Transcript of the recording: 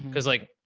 cause like.